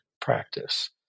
practice